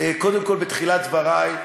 קודם כול, בתחילת דברי,